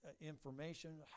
information